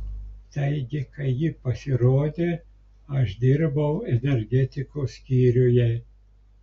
taigi kai ji pasirodė aš dirbau energetikos skyriuje